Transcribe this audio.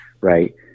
right